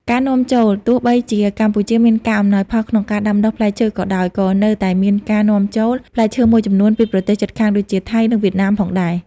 ការនាំចូលទោះបីជាកម្ពុជាមានការអំណោយផលក្នុងការដាំដុះផ្លែឈើក៏ដោយ ក៏នៅតែមានការ នាំចូល ផ្លែឈើមួយចំនួនពីប្រទេសជិតខាងដូចជា ថៃ និងវៀតណាមផងដែរ។